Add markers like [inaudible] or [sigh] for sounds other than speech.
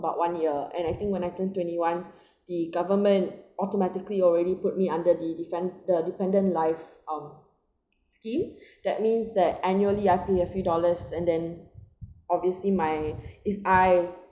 about one year and I think when I turned twenty one [breath] the government automatically already put me under the defend~ the dependent life um scheme [breath] that means that annually I pay a few dollars and then obviously my [breath] if I